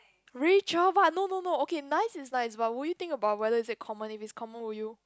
Richard what no no no okay nice is likes while will you think about whether is it common or is common with you